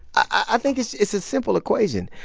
i think it's it's a simple equation.